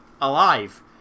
alive